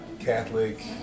Catholic